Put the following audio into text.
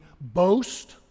boast